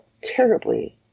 terribly